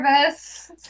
service